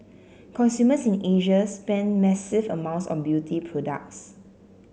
consumers in Asia spend massive amounts on beauty products